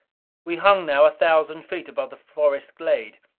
we hung now a thousand feet above the forest glade.